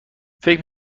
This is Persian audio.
فکر